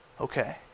okay